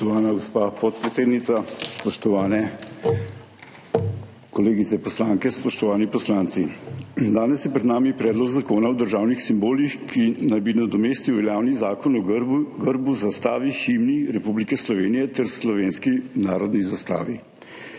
Spoštovana gospa podpredsednica, spoštovane kolegice poslanke, spoštovani poslanci! Danes je pred nami Predlog zakona o državnih simbolih, ki naj bi nadomestil veljavni Zakon o grbu, zastavi, himni Republike Slovenije ter o slovenski narodni zastavi.